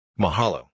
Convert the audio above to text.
Mahalo